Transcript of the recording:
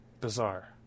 bizarre